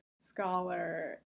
scholar